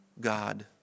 God